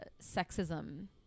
sexism